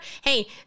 Hey